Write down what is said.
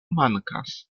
mankas